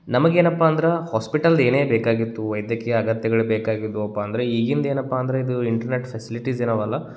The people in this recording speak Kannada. ನಮಗೆ ಏನಪ್ಪ ಅಂದ್ರೆ ಹಾಸ್ಪಿಟಲ್ದು ಏನೇ ಬೇಕಾಗಿತ್ತು ವೈದ್ಯಕೀಯ ಅಗತ್ಯಗಳು ಬೇಕಾಗಿದ್ದವಪ್ಪ ಅಂದರೆ ಈಗಿಂದು ಏನಪ್ಪ ಅಂದರೆ ಇದು ಇಂಟರ್ನೆಟ್ ಫೆಸಿಲಿಟಿಸ್ ಏನವಲ್ಲ